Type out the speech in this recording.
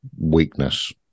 weakness